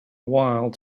while